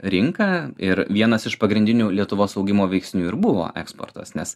rinka ir vienas iš pagrindinių lietuvos augimo veiksnių ir buvo eksportas nes